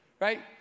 Right